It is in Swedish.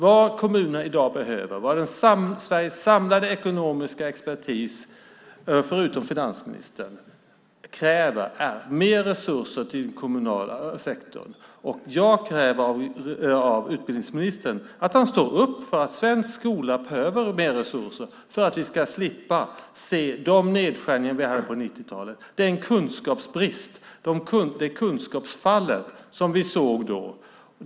Vad kommunerna behöver i dag och vad Sveriges samlade ekonomiska expertis, förutom finansministern, kräver är mer resurser till den kommunala sektorn. Jag kräver av utbildningsministern att han står upp för att svensk skola behöver mer resurser för att vi ska slippa se de nedskärningar som vi hade på 90-talet och det kunskapsfall som vi då såg.